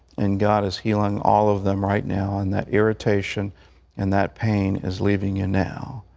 and god is healing all of them right now, and that irritation and that pain is leaving you now,